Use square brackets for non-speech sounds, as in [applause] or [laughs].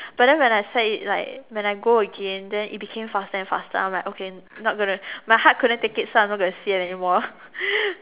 but then when I sat it like when I go again then it became faster and faster I'm like okay not gonna my heart couldn't take it so I'm not gonna sit anymore [laughs]